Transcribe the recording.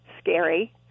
scary